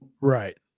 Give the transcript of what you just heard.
Right